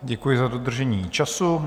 Děkuji za dodržení času.